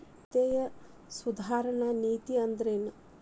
ವಿತ್ತೇಯ ಸುಧಾರಣೆ ನೇತಿ ಅಂದ್ರೆನ್